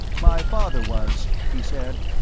my father was, he said,